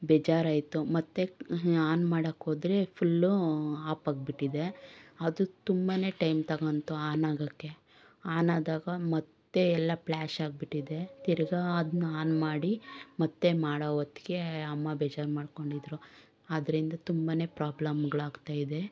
ಬೇಜಾರಾಯಿತು ಮತ್ತೆ ಆನ್ ಮಾಡೋಕ್ಕೋದ್ರೆ ಫುಲ್ಲು ಆಪಾಗ್ಬಿಟ್ಟಿದೆ ಅದು ತುಂಬನೇ ಟೈಮ್ ತಗೊಳ್ತು ಆನಾಗೋಕ್ಕೆ ಆನಾದಾಗ ಮತ್ತೆ ಎಲ್ಲ ಪ್ಲ್ಯಾಶಾಗ್ಬಿಟ್ಟಿದೆ ತಿರ್ಗ ಅದನ್ನ ಆನ್ ಮಾಡಿ ಮತ್ತೆ ಮಾಡೋ ಹೊತ್ತಿಗೆ ಅಮ್ಮ ಬೇಜಾರು ಮಾಡ್ಕೊಂಡಿದ್ದರು ಅದರಿಂದ ತುಂಬನೇ ಪ್ರಾಬ್ಲಮ್ಗಳಾಗ್ತಾಯಿದೆ